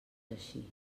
així